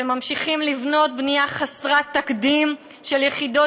אתם ממשיכים לבנות בנייה חסרת תקדים של יחידות